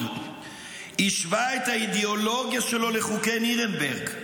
השווה את האידיאולוגיה שלו לחוקי נירנברג,